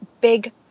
big